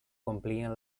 complien